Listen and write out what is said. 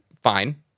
fine